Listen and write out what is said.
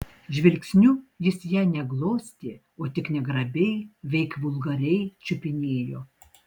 žvilgsniu jis ją ne glostė o tik negrabiai veik vulgariai čiupinėjo